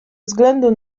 względu